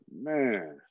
Man